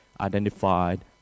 identified